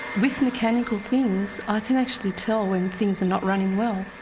with mechanical things i can actually tell when things are not running well,